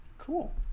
cool